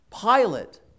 Pilate